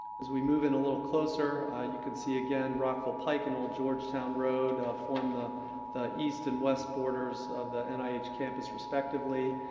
as we move in a little closer you can see again rockville pike and old georgetown road form the the east and west borders of the and nih campus respectively.